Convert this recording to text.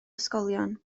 ysgolion